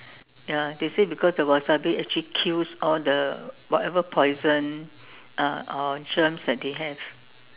ya they say because the wasabi actually kills all the whatever poison uh or germs that they have